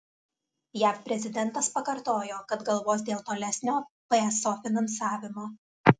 jav prezidentas pakartojo kad galvos dėl tolesnio pso finansavimo